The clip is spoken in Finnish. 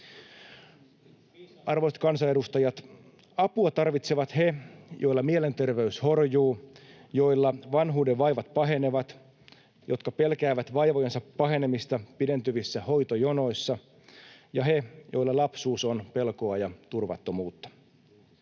Arvoisat kansanedustajat! Apua tarvitsevat he, joilla mielenterveys horjuu, joilla vanhuuden vaivat pahenevat, jotka pelkäävät vaivojensa pahenemista pidentyvissä hoitojonoissa, ja he, joilla lapsuus on pelkoa ja turvattomuutta.